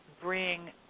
bring